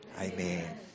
Amen